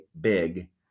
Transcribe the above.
big